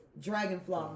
Dragonfly